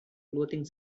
clothing